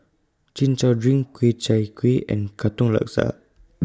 Chin Chow Drink Ku Chai Kuih and Katong Laksa